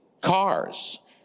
cars